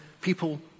people